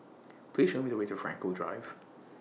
Please Show Me The Way to Frankel Drive